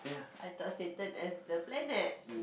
I thought saturn as the planet